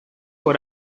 por